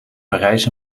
parijs